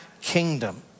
kingdom